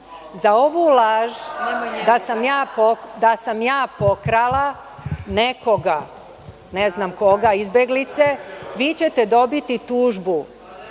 ovu laž da sam ja pokrala nekoga, ne znam koga, izbeglice, vi ćete dobiti tužbu.